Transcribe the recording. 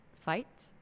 fight